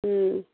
ꯎꯝ